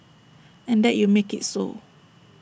and that you make IT so